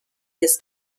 his